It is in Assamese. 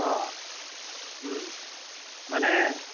অঁ মানে